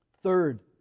third